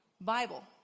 Bible